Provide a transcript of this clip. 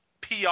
PR